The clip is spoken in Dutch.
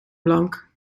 blank